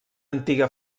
antiga